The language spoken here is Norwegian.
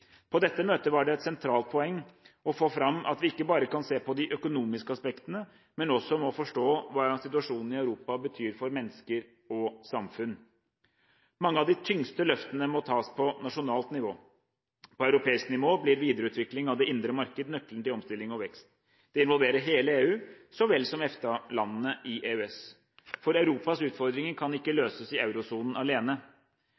På dette møtet var det et sentralt poeng å få fram at vi ikke bare kan se på de økonomiske aspektene, men også må forstå hva situasjonen i Europa betyr for mennesker og samfunn. Mange av de tyngste løftene må tas på nasjonalt nivå. På europeisk nivå blir videreutvikling av det indre marked nøkkelen til omstilling og vekst. Det involverer hele EU så vel som EFTA-landene i EØS. For Europas utfordringer kan ikke